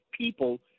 people